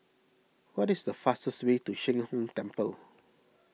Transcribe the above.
what is the fastest way to Sheng Hong Temple